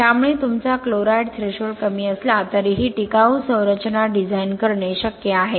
त्यामुळे तुमचा chloride threshold कमी असला तरीही टिकाऊ संरचना डिझाइन करणे शक्य आहे